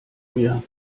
mir